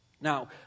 Now